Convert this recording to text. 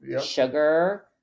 sugar